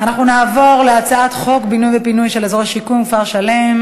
הצעת חוק בינוי ופינוי של אזורי שיקום (כפר-שלם),